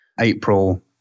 April